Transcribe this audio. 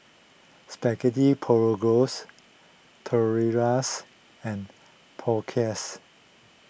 Spaghetti Tortillas and